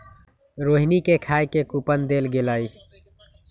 रोहिणी के खाए के कूपन देल गेलई